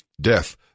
death